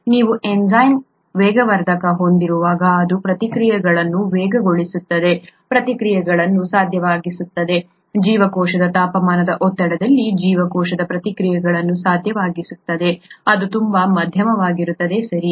ನೀವು ಎನ್ಝೈಮ್ ವೇಗವರ್ಧಕವನ್ನು ಹೊಂದಿರುವಾಗ ಅದು ಪ್ರತಿಕ್ರಿಯೆಗಳನ್ನು ವೇಗಗೊಳಿಸುತ್ತದೆ ಪ್ರತಿಕ್ರಿಯೆಗಳನ್ನು ಸಾಧ್ಯವಾಗಿಸುತ್ತದೆ ಜೀವಕೋಶದ ತಾಪಮಾನದ ಒತ್ತಡದಲ್ಲಿ ಜೀವಕೋಶದ ಪ್ರತಿಕ್ರಿಯೆಗಳನ್ನು ಸಾಧ್ಯವಾಗಿಸುತ್ತದೆ ಅದು ತುಂಬಾ ಮಧ್ಯಮವಾಗಿರುತ್ತದೆ ಸರಿ